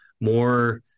more